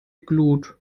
glut